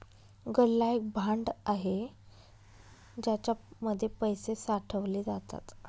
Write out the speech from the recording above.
गल्ला एक भांड आहे ज्याच्या मध्ये पैसे साठवले जातात